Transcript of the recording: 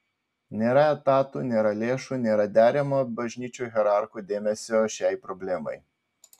nėra etatų nėra lėšų nėra deramo bažnyčios hierarchų dėmesio šiai problemai